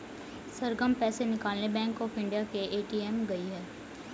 सरगम पैसे निकालने bank of India के ए.टी.एम गई है